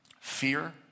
fear